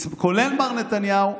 כולל מר נתניהו,